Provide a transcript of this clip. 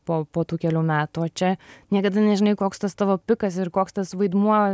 po po tų kelių metų o čia niekada nežinai koks tas tavo pikas ir koks tas vaidmuo